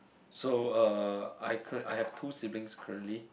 so uh I curre~ I have two siblings currently